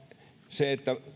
se että